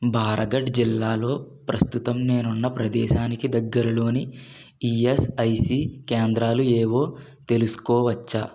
బారగఢ్ జిల్లాలో ప్రస్తుతం నేనున్న ప్రదేశానికి దగ్గరలోని ఈఎస్ఐసి కేంద్రాలు ఏవో తెలుసుకోవచ్చా